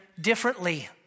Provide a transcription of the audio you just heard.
differently